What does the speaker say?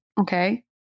Okay